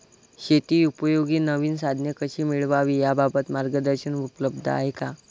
शेतीउपयोगी नवीन साधने कशी मिळवावी याबाबत मार्गदर्शन उपलब्ध आहे का?